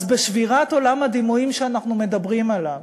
אז בשבירת עולם הדימויים שאנחנו מדברים עליו,